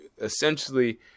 essentially